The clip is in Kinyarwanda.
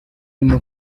irimo